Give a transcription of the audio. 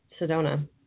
Sedona